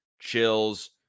chills